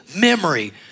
memory